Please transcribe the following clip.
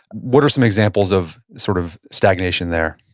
what are some examples of sort of stagnation, there?